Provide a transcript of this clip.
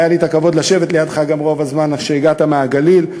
גם היה לי הכבוד לשבת לידך רוב הזמן כשהגעת מהגליל.